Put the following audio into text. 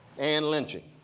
and lynching.